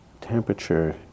temperature